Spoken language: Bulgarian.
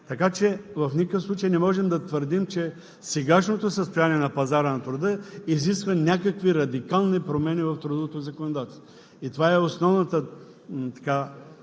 Така че в никакъв случай не можем да твърдим, че сегашното състояние на пазара на труда изисква някакви радикални промени в трудовото законодателство. Това е основната